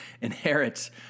inherits